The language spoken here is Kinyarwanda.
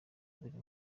buri